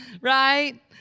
right